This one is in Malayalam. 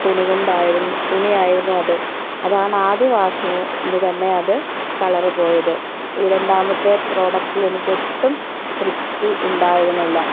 തുണി കൊണ്ടായിരുന്നു തുണിയായിരുന്നു അത് അതാണ് ആദ്യ വാഷ് കൊണ്ട് തന്നെ അത് കളർ പോയത് ഈ രണ്ടാമത്തെ പ്രോഡക്റ്റിൽ എനിക്ക് ഒട്ടും തൃപ്തി ഉണ്ടായിരുന്നില്ല